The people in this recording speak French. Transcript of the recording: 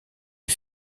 les